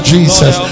Jesus